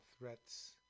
threats